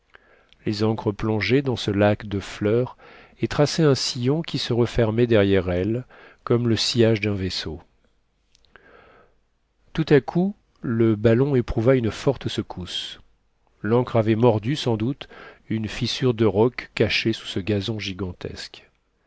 les ancres plongeaient dans ce lac de fleurs et traçaient un sillon qui se refermait derrière elles comme le sillage d'un vaisseau tout à coup le ballon éprouva une forte secousse l'ancre avait mordu sans doute une fissure de roc cachée sous ce gazon gigantesque